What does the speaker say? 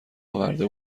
آورده